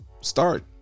start